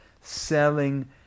selling